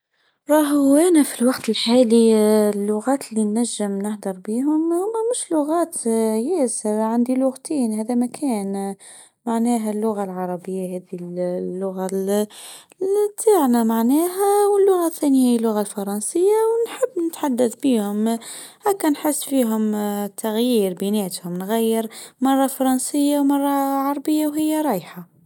راهو هو انا في الوقت الحالي اللغات للنجم نهدر بهم هم مش لغات ياسر عندي لغتين هذا مكان معناها اللغه العربيه هذه اللغه اللي تعلم معناها ولغه ثانيه لغه فرنسيه ونحب نتحدث بيهم مره فرنسيه و مره عربيه وهي رايحه.